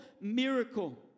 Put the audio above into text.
miracle